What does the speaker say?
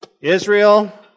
Israel